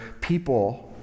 people